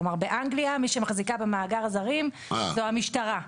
כלומר באנגליה, מי שמחזיקה במאגר הזרים זו המשטרה.